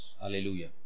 Hallelujah